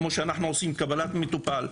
כמו שאנחנו עושים קבלת מטופל.